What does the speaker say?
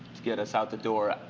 get us out the door,